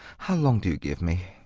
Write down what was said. how long do you give me?